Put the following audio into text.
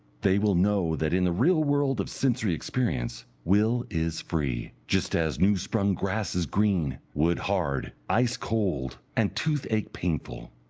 they will know that in the real world of sensory experience, will is free, just as new sprung grass is green, wood hard, ice cold, and toothache painful.